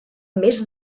més